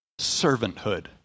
servanthood